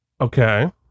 Okay